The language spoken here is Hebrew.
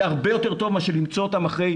זה הרבה יותר טוב מאשר למצוא אותם אחרי